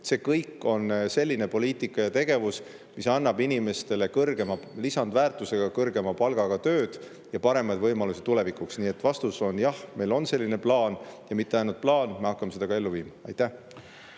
See kõik on selline poliitika ja tegevus, mis annab inimestele kõrgema lisandväärtusega ja kõrgema palgaga töö ja paremaid võimalusi tulevikuks. Nii et vastus on, et jah, meil on selline plaan. Ja mitte ainult plaan, vaid me hakkame seda ka ellu viima. Aitäh!